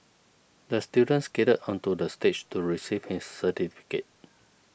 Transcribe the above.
the student skated onto the stage to receive his certificate